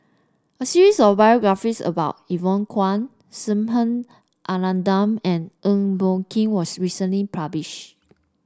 a series of biographies about Evon Kow Subha Anandan and Eng Boh Kee was recently published